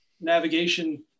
navigation